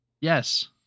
Yes